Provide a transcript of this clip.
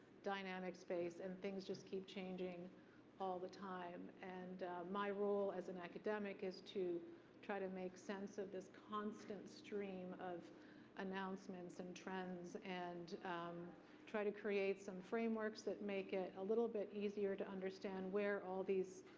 dynamic space, and things just keep changing all the time. and my role as an academic is to try to make sense of this constant stream of announcements and trends and um try to create some frameworks that make it a little bit easier to understand where all these,